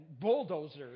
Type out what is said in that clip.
bulldozers